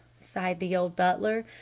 sighed the old butler.